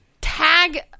tag